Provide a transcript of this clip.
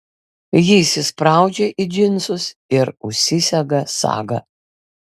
ji įsispraudžia į džinsus ir užsisega sagą